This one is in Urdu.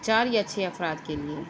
چار یا چھ افراد کے لیے